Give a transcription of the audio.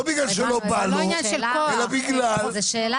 הוא לא משתמש לא בגלל שלא בא לו, אלא בגלל שזאת